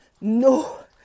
no